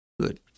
Good